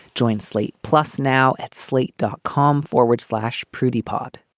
join slate. plus now at slate dot com forward slash prudy pod